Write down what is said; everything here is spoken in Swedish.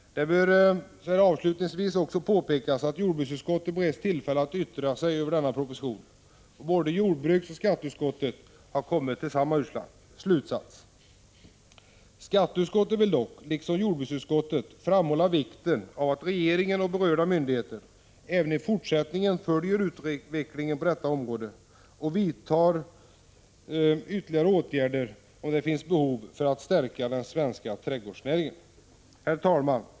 Det bör avslutningsvis även påpekas att jordbruksutskottet beretts tillfälle att yttra sig över denna proposition, och både jordbruksoch skatteutskottet har kommit till samma slutsats. Skatteutskottet vill dock, liksom jordbruksutskottet, framhålla vikten av att regeringen och berörda myndigheter även i fortsättningen följer utvecklingen på detta område och vid behov vidtar ytterligare åtgärder för att stärka den svenska trädgårdsnäringen. Herr talman!